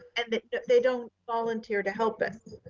and they don't volunteer to help us.